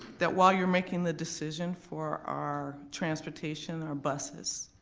that while you're making the decision for our transportation, our buses,